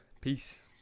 Peace